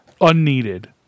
Unneeded